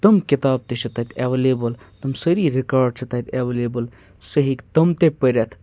تٔمۍ کِتاب تہِ چھِ تَتہِ اٮ۪ویلیبٕل تِم سٲری رِکارڈ چھِ تَتہِ اٮ۪ولیبٕل سُہ ہیٚکہِ تٔمۍ تہِ پٔرِتھ